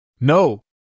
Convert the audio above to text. No